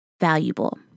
valuable